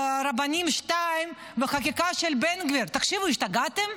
הרבנים 2, החקיקה של בן גביר, תקשיבו, השתגעתם?